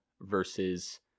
versus